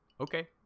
okay